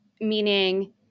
meaning